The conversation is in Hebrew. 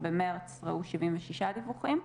במרץ ראו 76 דיווחים.